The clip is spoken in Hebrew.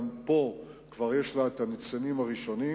וגם פה כבר יש לה ניצנים ראשונים.